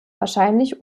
wahrscheinlich